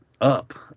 up